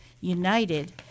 United